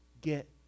get